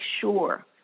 sure